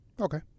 Okay